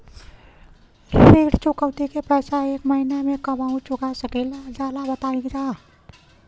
ऋण चुकौती के पैसा एक महिना मे कबहू चुका सकीला जा बताईन जा?